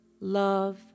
love